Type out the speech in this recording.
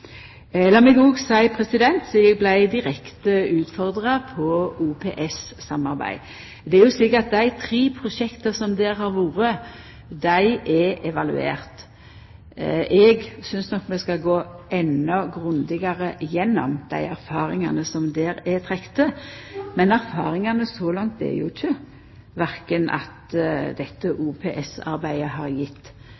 meg òg seie, sidan eg vart direkte utfordra på OPS-samarbeid: Det er slik at dei tre prosjekta som har vore der, er evaluerte. Eg synest nok vi skal gå endå grundigare gjennom dei erfaringane som der er gjorde, men erfaringane så langt er ikkje at dette OPS-arbeidet har gjeve høgare kostnader enn lågare kostnader. Kanskje er det slik at